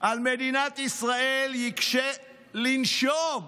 על מדינת ישראל יקשה לנשום,